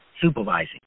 supervising